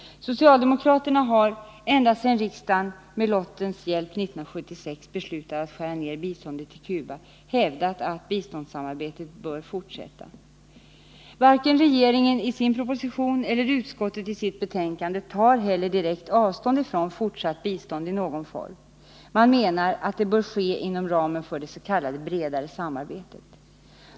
Socialdemokraterna har ända sedan riksdagen med lottens hjälp 1976 beslutade skära ned biståndet till Cuba hävdat att biståndssamarbetet bör fortsätta. Varken regeringen i sin proposition eller utskottet i sitt betänkande tar direkt avstånd från ett fortsatt bistånd i någon form. Man menar att detta kan ske inom ramen för dets.k. bredare samarbetet.